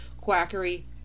quackery